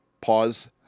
pause